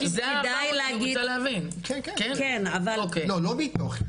לא מתוך,